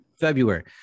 February